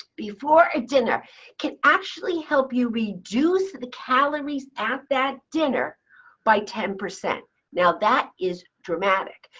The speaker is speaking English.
before a dinner can actually help you reduce the calories at that dinner by ten percent now that is dramatic.